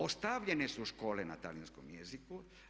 Ostavljene su škole na talijanskom jeziku.